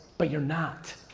but you're not.